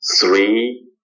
three